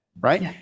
right